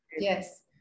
Yes